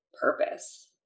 purpose